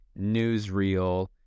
newsreel